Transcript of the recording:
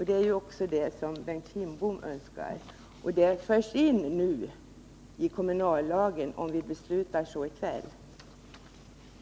— Det är det som Bengt Kindbom önskar, och detta förs in i kommunallagen om vi i kväll fattar beslut i enlighet med utskottsmajoritetens förslag.